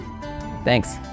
Thanks